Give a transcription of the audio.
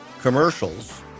commercials